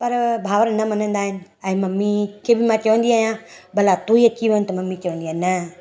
पर भाउर न मञिंदा आहिनि ऐं मम्मी खे बि मां चवंदी आहियां भला तू ई अची वञु त मम्मी चवंदी आहे न